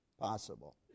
possible